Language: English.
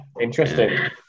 interesting